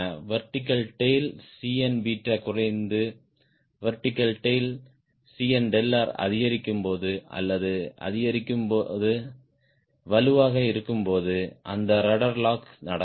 vertical tail Cn குறைந்து vertical tail Cnr அதிகரிக்கும்போது அல்லது வலுவாக இருக்கும்போது அந்த ரட்ட்ர் லாக் நடக்கும்